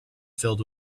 filled